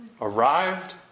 Arrived